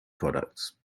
products